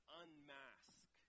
unmask